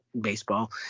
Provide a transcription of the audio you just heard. baseball